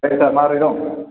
सार मारै दं